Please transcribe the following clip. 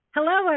Hello